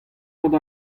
gant